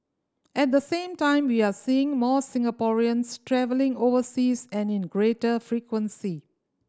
at the same time we are seeing more Singaporeans travelling overseas and in greater frequency